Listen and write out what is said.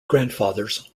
grandfathers